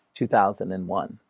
2001